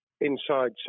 inside